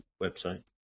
website